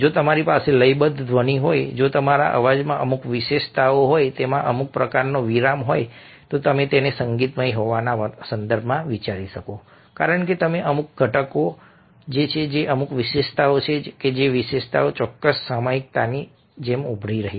જો તમારી પાસે લયબદ્ધ ધ્વનિ હોય જો તમારા અવાજમાં અમુક વિશેષતાઓ હોય તેમાં અમુક પ્રકારના વિરામ હોય તો તમે તેને સંગીતમય હોવાના સંદર્ભમાં વિચારી શકો કારણ કે તેમાં અમુક ઘટકો છે અમુક વિશેષતાઓ છે વિશેષતાઓ જે ચોક્કસ સામયિકતાની જેમ ઉભરી રહી છે